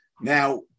Now